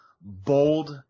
bold